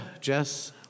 Jess